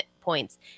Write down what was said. points